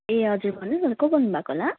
ए हजुर भन्नु न को बोल्नु भएको होला